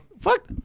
Fuck